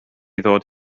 ddod